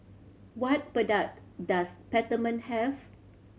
what product does Peptamen have